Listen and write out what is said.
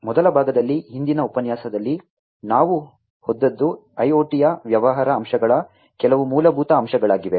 ಮೊದಲ ಭಾಗದಲ್ಲಿ ಹಿಂದಿನ ಉಪನ್ಯಾಸದಲ್ಲಿ ನಾವು ಹೋದದ್ದು IoT ಯ ವ್ಯವಹಾರ ಅಂಶಗಳ ಕೆಲವು ಮೂಲಭೂತ ಅಂಶಗಳಾಗಿವೆ